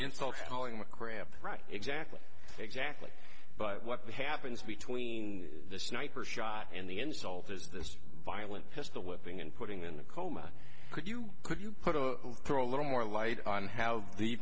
right exactly exactly but what happens between the sniper shot and the insult is this violent pistol whipping and putting in a coma could you could you put a little more light on how the